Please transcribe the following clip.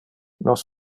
nos